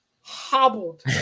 hobbled